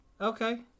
Okay